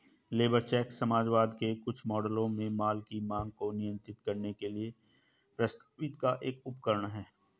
labour check समाजवाद के कुछ मॉडलों में माल की मांग को नियंत्रित करने के लिए प्रस्तावित एक उपकरण है